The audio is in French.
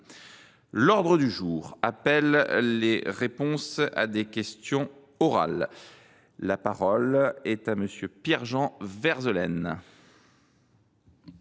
L’ordre du jour appelle les réponses à des questions orales. La parole est à M. Pierre Jean Verzelen,